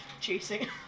chasing